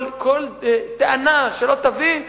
כל טענה שלא תביא,